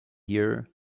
here